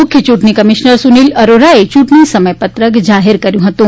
મુખ્ય યૂંટણી કમિશ્નર સુનિલ અરોરાએ યૂંટણી સમય પત્રક જાહેર કર્યું હતું